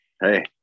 hey